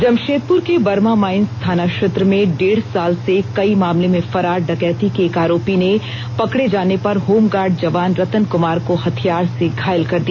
जमशेदप्र के बर्मामाइंस थाना क्षेत्र में डेढ़ साल से कई मामले में फरार डकैती के एक आरोपी ने पकड़े जाने पर होमगार्ड जवान रतन कुमार को हथियार से घायल कर दिया